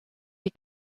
die